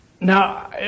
Now